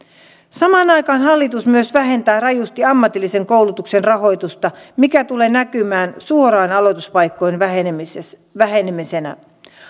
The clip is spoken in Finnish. samaan aikaan hallitus myös vähentää rajusti ammatillisen koulutuksen rahoitusta mikä tulee näkymään suoraan aloituspaikkojen vähenemisenä